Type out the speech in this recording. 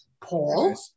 Paul